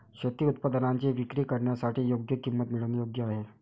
शेती उत्पादनांची विक्री करण्यासाठी योग्य किंमत मिळवणे योग्य आहे